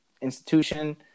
institution